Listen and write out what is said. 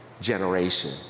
generation